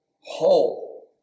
whole